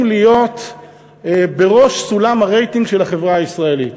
להיות בראש סולם הרייטינג של החברה הישראלית.